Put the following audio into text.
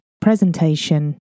presentation